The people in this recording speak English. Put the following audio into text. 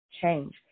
change